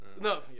No